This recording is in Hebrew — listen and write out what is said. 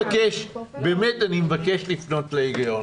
באמת אני מבקש לפנות להיגיון,